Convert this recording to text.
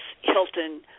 Hilton